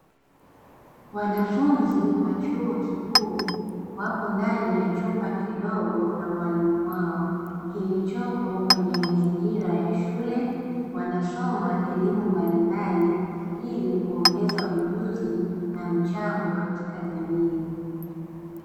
Wanafunzi wa chuo kikuu wapo ndani ya chumba kidogo na mwalimu wao, kilichopo kwenye mazingira ya shule wanasoma elimu mbalimbali, ili kuongeza ujuzi na mchango katika jamii.